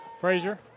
Frazier